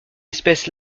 espèce